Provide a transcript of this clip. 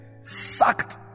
sucked